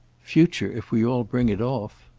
future if we all bring it off.